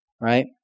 right